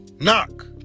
knock